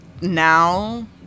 Now